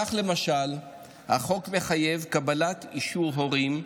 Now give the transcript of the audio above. כך למשל החוק מחייב קבלת אישור הורים,